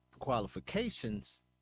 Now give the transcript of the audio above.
Qualifications